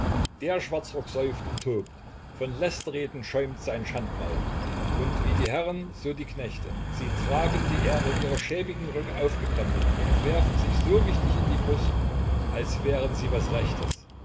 der schwarzrock säuft und tobt von lästerreden schäumt sein schandmaul und wie die herren so die knechte sie tragen die ärmel ihrer schäbigen röcke aufgekrempelt und werfen sich so wichtig in die brust als wären sie was rechtes